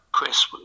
Chris